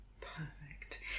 Perfect